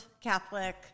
Catholic